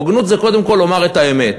הוגנות זה קודם כול לומר את האמת.